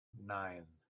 nein